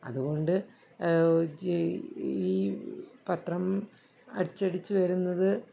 അതുകൊണ്ട് ഈ പത്രം അച്ചടിച്ചു വരുന്നത്